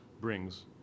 brings